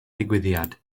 digwyddiad